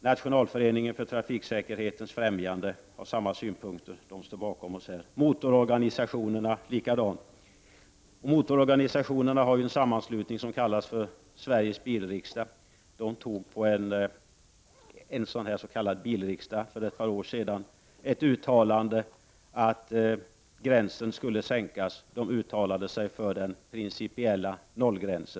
Nationalföreningen för trafiksäkerhetens främjande har framfört samma synpunkter, likaså motororganisationerna. Motororganisationerna har en sammanslutning som kallas för Sveriges bilriksdag. För ett par år sedan uttalade den sig för principiell nollgräns.